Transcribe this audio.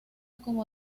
como